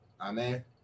amen